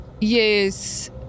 Yes